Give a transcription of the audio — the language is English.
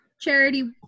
charity